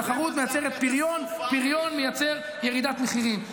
תחרות מייצרת פריון ופריון מייצר ירידת מחירים.